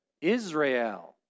Israel